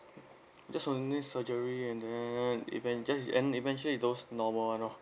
just only surgery and then even~ just and eventually those normal [one] loh